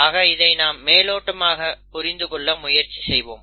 ஆக இதை நாம் மேலோட்டமாக புரிந்து கொள்ள முயற்சி செய்வோம்